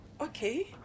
okay